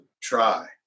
try